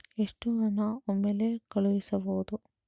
ಎಷ್ಟು ಹಣ ಒಮ್ಮೆಲೇ ಕಳುಹಿಸಬಹುದು?